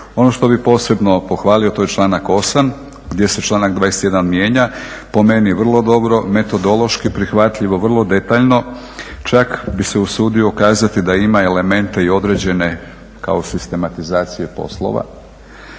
Ono što bih posebno pohvalio to je članak 8. gdje se članak 21. mijenja po meni vrlo dobro, metodološki prihvatljivo vrlo detaljno čak bih se usudio kazati da ima elemente i određene kao sistematizacije poslova.